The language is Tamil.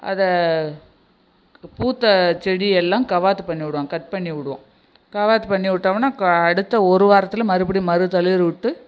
அதை பூத்த செடியெல்லாம் கவாத்து பண்ணிவிடுவோம் கட் பண்ணிவிடுவோம் கவாத்து பண்ணி விட்டோமுன்னா க அடுத்த ஒரு வாரத்தில் மறுபடியும் மறு தளிர் விட்டு